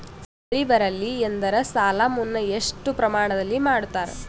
ಬೆಳಿ ಬರಲ್ಲಿ ಎಂದರ ಸಾಲ ಮನ್ನಾ ಎಷ್ಟು ಪ್ರಮಾಣದಲ್ಲಿ ಮಾಡತಾರ?